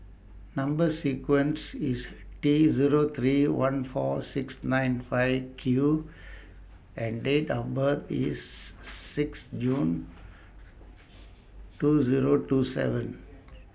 Number sequence IS T Zero three one four six nine five Q and Date of birth IS six June two Zero two seven